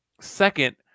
Second